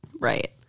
Right